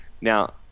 Now